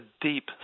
deep